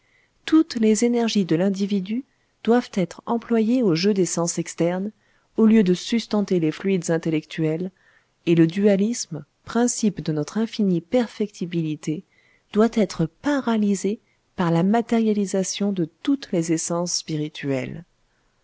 toutes les énergies de l'individu doivent être employées au jeu des sens externes au lieu de sustenter les fluides intellectuels et le dualisme principe de notre infinie perfectibilité doit être paralysé par la matérialisation de toutes les essences spirituelles